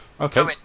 Okay